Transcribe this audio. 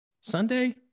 Sunday